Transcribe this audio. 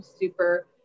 super